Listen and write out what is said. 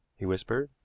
he whispered.